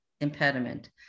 impediment